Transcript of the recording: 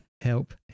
help